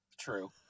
true